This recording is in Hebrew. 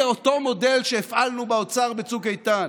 אותו מודל שהפעלנו באוצר בצוק איתן,